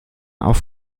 auf